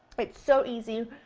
it's so easy,